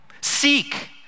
Seek